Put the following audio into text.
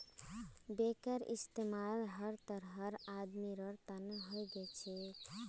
बैंकेर इस्तमाल हर तरहर आदमीर तने हो छेक